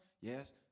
Yes